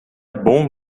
bom